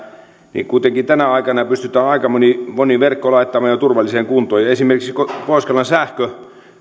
niin kuitenkin tänä aikana pystytään aika moni moni verkko laittamaan jo turvalliseen kuntoon esimerkiksi pohjois karjalan sähkö